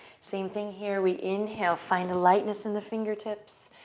same thing here. we inhale. find the lightness in the fingertips.